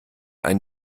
ein